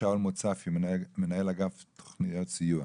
שאול מוצפי, מנהל אגף תוכניות סיוע.